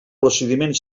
procediment